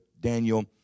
Daniel